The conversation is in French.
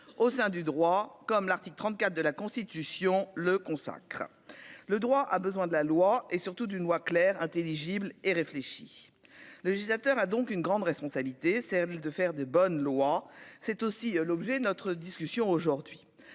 au sein du droit comme l'article 34 de la Constitution, le consacre le droit a besoin de la loi et, surtout, d'une voix claire intelligible et réfléchi, le réalisateur a donc une grande responsabilité, celle de faire de bonnes lois, c'est aussi l'objet notre discussion aujourd'hui